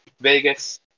Vegas